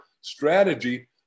strategy